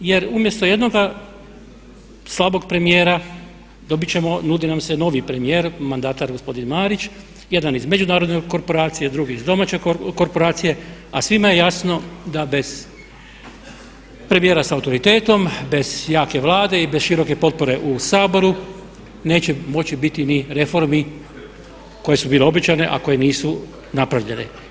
Jer umjesto jednoga slabog premijera dobiti ćemo, nudi nam se novi premijer, mandatar gospodin Marić, jedan iz međunarodne korporacije, drugi iz domaće korporacije a svima je jasno da bez premijera sa autoritetom, bez jake Vlade i bez široke potpore u Saboru neće moći biti ni reformi koje su bile obećane a koje nisu napravljene.